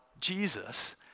Jesus